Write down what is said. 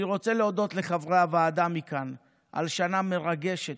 אני רוצה להודות לחברי הוועדה מכאן על שנה מרגשת,